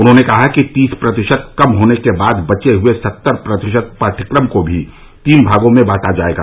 उन्होंने कहा कि तीस प्रतिशत कम होने के बाद बचे हुए सत्तर प्रतिशत पाठ्यक्रम को भी तीन भागों में बांटा जाएगा